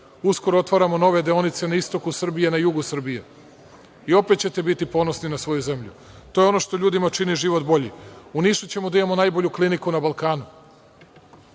način. Uskoro otvaramo nove deonice na istoku Srbije i jugu Srbije i opet ćete biti ponosni na svoju zemlju. To je ono što ljudima čini život boljim. U Nišu ćemo da imamo najbolju kliniku na Balkanu.